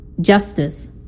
justice